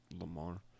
Lamar